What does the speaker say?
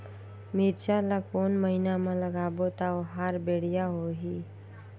मिरचा ला कोन महीना मा लगाबो ता ओहार बेडिया होही?